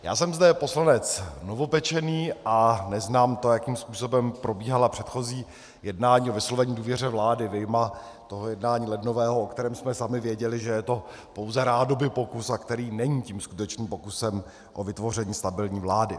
Já jsem zde poslanec novopečený a neznám to, jakým způsobem probíhala předchozí jednání o vyslovení důvěře vládě, vyjma toho jednání lednového, o kterém jsme sami věděli, že je to pouze rádoby pokus, a který není tím skutečným pokusem o vytvoření stabilní vlády.